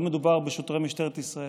לא מדובר בשוטרי משטרת ישראל,